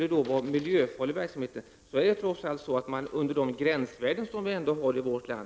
Apropå den miljöfarliga verksamheten så ligger man under de gränsvärden som vi har här i vårt land.